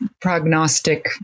prognostic